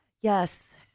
Yes